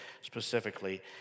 specifically